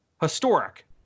Historic